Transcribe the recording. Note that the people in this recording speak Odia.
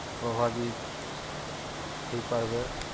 ପ୍ରଭାବିତ୍ ହେଇପାର୍ବେ